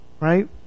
right